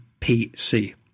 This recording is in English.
PC